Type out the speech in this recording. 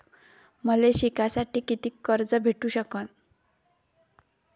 मले शिकासाठी कितीक कर्ज भेटू सकन?